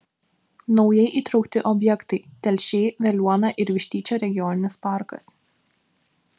naujai įtraukti objektai telšiai veliuona ir vištyčio regioninis parkas